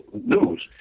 News